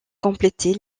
compléter